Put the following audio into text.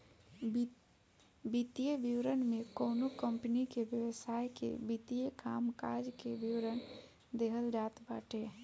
वित्तीय विवरण में कवनो कंपनी के व्यवसाय के वित्तीय कामकाज के विवरण देहल जात बाटे